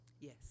yes